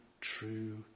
true